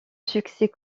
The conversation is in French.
succès